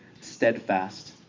steadfast